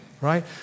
Right